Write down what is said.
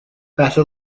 better